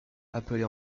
appelée